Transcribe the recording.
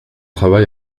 travail